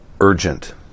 urgent